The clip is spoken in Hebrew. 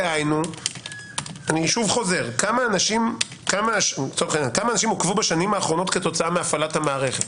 דהיינו אחזור - כמה אנשים עוכבו בשנים האחרונות כתוצאה מהפעלת המערכת?